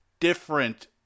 Different